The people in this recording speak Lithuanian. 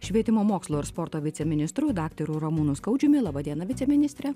švietimo mokslo ir sporto viceministru daktaru ramūnu skaudžiumi laba diena viceministre